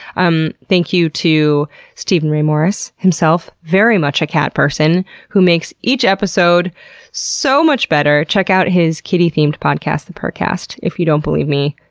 um thank you to steven ray morris himself very much a cat person who makes each episode so much better. check out his kitty-themed podcast the purrrcast if you don't believe me.